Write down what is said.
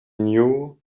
knew